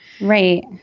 right